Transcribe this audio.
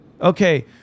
Okay